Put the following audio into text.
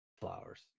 Flowers